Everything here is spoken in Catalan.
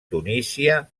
tunísia